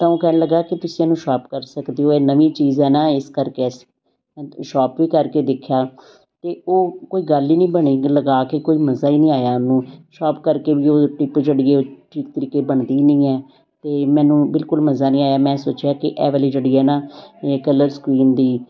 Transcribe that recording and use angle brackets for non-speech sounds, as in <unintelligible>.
ਤਾਂ ਉਹ ਕਹਿਣ ਲੱਗਾ ਕਿ ਤੁਸੀਂ ਇਹਨੂੰ ਸ਼ਾਰਪ ਕਰ ਸਕਦੇ ਹੋ ਇਹ ਨਵੀਂ ਚੀਜ਼ ਹੈ ਨਾ ਇਸ ਕਰਕੇ ਐਸ <unintelligible> ਅਸੀਂ ਸ਼ੋਰਪ ਵੀ ਕਰ ਕੇ ਦੇਖਿਆ ਤਾਂ ਉਹ ਕੋਈ ਗੱਲ ਹੀ ਨਹੀਂ ਬਣੀ ਲਗਾ ਕੇ ਕੋਈ ਮਜ਼ਾ ਹੀ ਨਹੀਂ ਆਇਆ ਉਹਨੂੰ ਸ਼ੋਰਪ ਕਰਕੇ ਵੀ ਉਹ ਟਿਪ ਜਿਹੜੀ ਇਹ ਉਹ ਠੀਕ ਤਰੀਕੇ ਬਣਦੀ ਹੀ ਨਹੀਂ ਹੈ ਅਤੇ ਮੈਨੂੰ ਬਿਲਕੁਲ ਮਜ਼ਾ ਨਹੀਂ ਆਇਆ ਮੈਂ ਸੋਚਿਆ ਕਿ ਇਹ ਵਾਲੀ ਜਿਹੜੀ ਹੈ ਨਾ ਇਹ ਕਲਰ ਸਕਰੀਨ ਦੀ